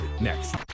next